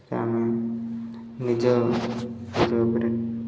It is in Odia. ତାହା ଆମେ ନିଜ ଉପରେ